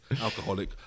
Alcoholic